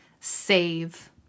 save